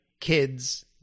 kids